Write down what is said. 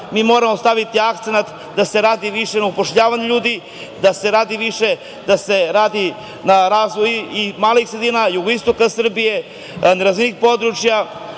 mi moramo staviti akcenat da se radi više na upošljavanju ljudi, da se radi više na razvoju malih sredina, jugoistoka Srbije, nerazvijenih područja